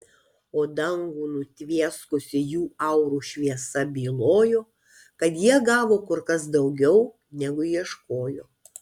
o dangų nutvieskusi jų aurų šviesa bylojo kad jie gavo kur kas daugiau negu ieškojo